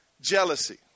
Jealousy